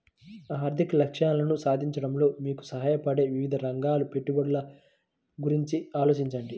మీ ఆర్థిక లక్ష్యాలను సాధించడంలో మీకు సహాయపడే వివిధ రకాల పెట్టుబడుల గురించి ఆలోచించండి